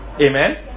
amen